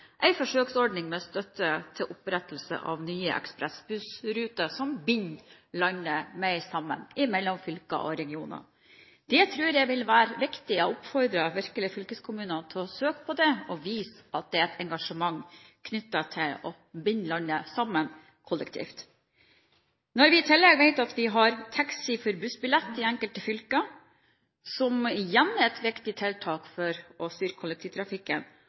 forsøksordning med støtte til opprettelse av nye ekspressbussruter som binder landet mer sammen mellom fylker og regioner. Det tror jeg vil være viktig, og jeg oppfordrer virkelig fylkeskommunene til å søke på det og vise at det er et engasjement knyttet til å binde landet sammen kollektivt. I tillegg har vi taxi for buss i enkelte fylker – som er et viktig tiltak for å styrke kollektivtrafikken